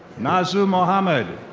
nazu mohammed.